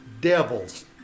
devils